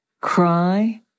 cry